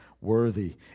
worthy